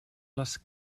les